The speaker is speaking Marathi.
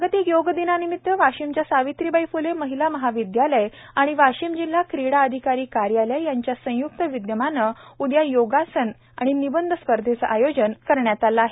जागतिक योग दिनानिमित वाशिमच्या सावित्रीबाई फुले महिला महाविदयालय व वाशिम जिल्हा क्रीडा अधिकारी कार्यालय यांच्या संय्क्त विद्यमाने उद्या योगासन आणि निबंध स्पर्धचे करण्यात आले आहे